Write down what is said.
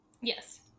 Yes